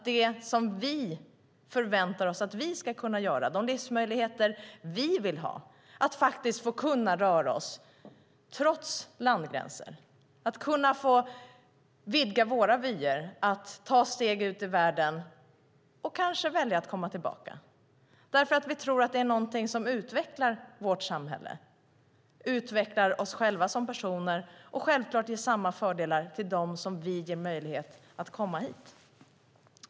Det som vi förväntar oss att vi ska kunna göra, de livsmöjligheter vi vill ha, att faktiskt få röra oss trots landgränser, att kunna vidga våra vyer, att ta steg ut i världen och kanske välja att komma tillbaka därför att vi tror att det är någonting som utvecklar vårt samhälle, utvecklar oss själva som personer ger självklart samma fördelar till dem som vi ger möjlighet att komma hit.